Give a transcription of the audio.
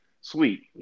Sweet